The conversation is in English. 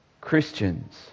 Christians